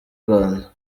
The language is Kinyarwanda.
rwanda